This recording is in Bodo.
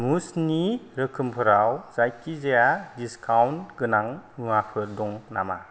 मुजनि रोखोमफोराव जायखिजाया डिसकाउन्ट गोनां मुवाफोर दङ नामा